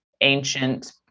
Ancient